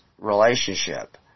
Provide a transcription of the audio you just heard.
relationship